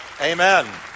Amen